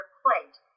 plate